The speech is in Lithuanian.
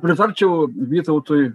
pritarčiau vytautui